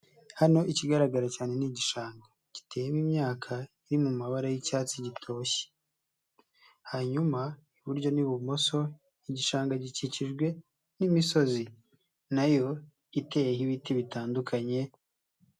Hano ikigaragara cyane ni igishanga. Giteyemo imyaka iri mu mabara y'icyatsi gitoshye. Hanyuma iburyo n'ibumoso, igishanga gikikijwe n'imisozi na yo iteyeho ibiti bitandukanye.